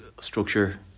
structure